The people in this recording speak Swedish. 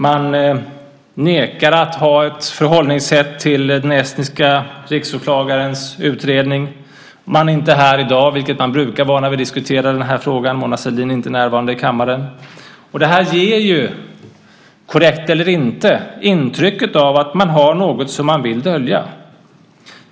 Man nekar att ha ett förhållningssätt till den estniske riksåklagarens utredning. Man är inte här i dag, vilket man brukar vara när vi diskuterar den här frågan - Mona Sahlin är inte närvarande i kammaren. Det här ger, korrekt eller inte, ett intryck av att man har något som man vill dölja.